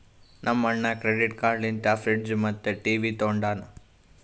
ನಮ್ ಅಣ್ಣಾ credit card ಲಿಂತೆ ಫ್ರಿಡ್ಜ್ ಮತ್ತ ಟಿವಿ ತೊಂಡಾನ